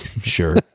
Sure